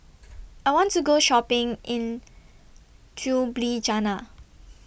I want to Go Shopping in Ljubljana